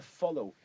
follow